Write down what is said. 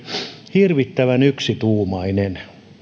hirvittävän yksituumainen